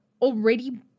already